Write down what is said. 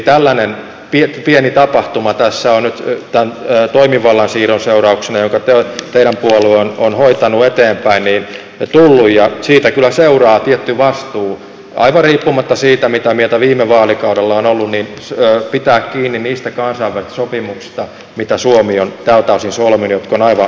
tällainen pieni tapahtuma tässä on nyt tämän toimivallan siirron seurauksena tullut jonka teidän puolueenne on hoitanut eteenpäin ja siitä kyllä seuraa tietty vastuu aivan riippumatta siitä mitä mieltä viime vaalikaudella on ollut pitää kiinni niistä kansainvälisistä sopimuksista mitä suomi on tältä osin solminut jotka ovat aivan olennaisia